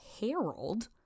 Harold